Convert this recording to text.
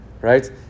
Right